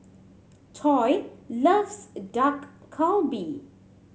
Toy loves Dak Galbi